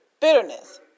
bitterness